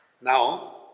Now